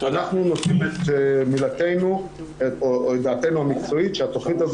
אנחנו נותנים את מילתנו או את דעתנו המקצועית שהתכנית הזאת